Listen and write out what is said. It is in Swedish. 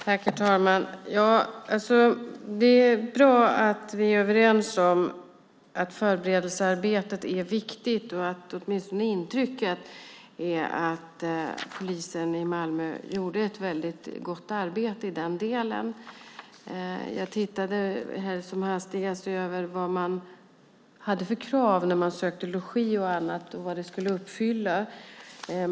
Herr talman! Det är bra att vi är överens om att förberedelsearbetet är viktigt och att åtminstone intrycket är att polisen i Malmö gjorde ett väldigt gott arbete i den delen. Jag tittade här som hastigast över vad man hade för krav när man sökte logi och annat och vad det skulle uppfyllas.